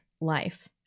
life